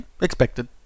Expected